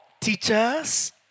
teachers